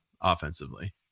offensively